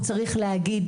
הוא צריך להגיד,